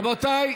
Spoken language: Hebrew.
רבותיי,